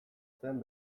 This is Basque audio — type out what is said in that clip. zen